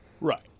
Right